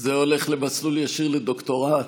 זה הולך למסלול ישיר לדוקטורט.